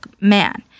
Man